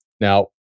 Now